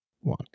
one